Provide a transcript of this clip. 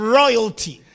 royalty